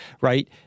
right